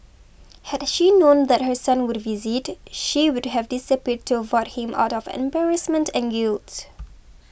had she known that her son would visit she would have disappeared to avoid him out of embarrassment and guilt